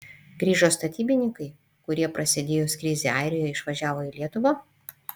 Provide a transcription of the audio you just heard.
grįžo statybininkai kurie prasidėjus krizei airijoje išvažiavo į lietuvą